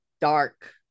dark